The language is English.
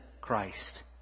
Christ